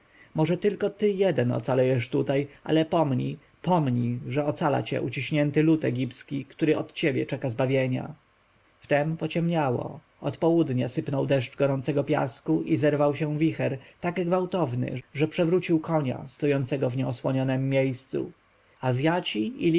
może tylko ty jeden ocalejesz tutaj ale pomnij pomnij że ocala cię uciśnięty lud egipski który od ciebie czeka zbawienia wtem pociemniało od południa sypnął deszcz gorącego piasku i zerwał się wicher tak gwałtowny że przewrócił konia stojącego w nieosłonionem miejscu azjaci i